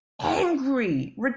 angry